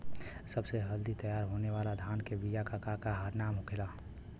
सबसे जल्दी तैयार होने वाला धान के बिया का का नाम होखेला?